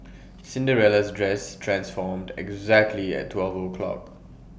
Cinderella's dress transformed exactly at twelve o'clock